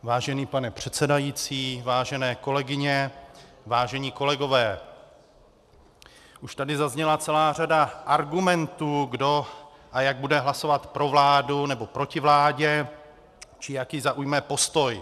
Vážený pane předsedající, vážené kolegyně, vážení kolegové, už tady zazněla celá řada argumentů, kdo a jak bude hlasovat pro vládu či proti vládě, či jaký zaujme postoj.